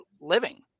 living